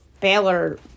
Baylor